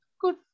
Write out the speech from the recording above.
good